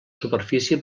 superfície